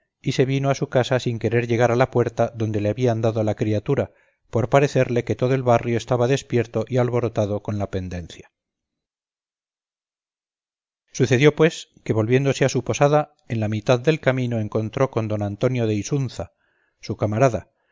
y se vino a su casa sin querer llegar a la puerta donde le habían dado la criatura por parecerle que todo el barrio estaba despierto y alborotado con la pendencia sucedió pues que volviéndose a su posada en la mitad del camino encontró con don antonio de isunza su camarada